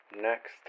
Next